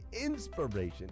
inspiration